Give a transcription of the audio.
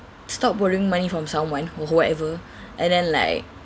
stop borrowing money from someone who whoever and then like